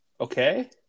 Okay